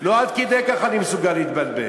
לא עד כדי כך אני מסוגל להתבלבל.